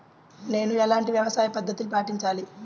నేను ఎలాంటి వ్యవసాయ పద్ధతిని పాటించాలి?